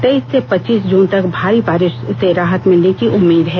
तेईस से पचीस जून तक भारी बारिश से राहत मिलने की उम्मीद है